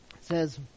says